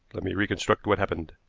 let me reconstruct what happened.